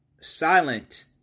silent